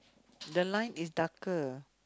the line is darker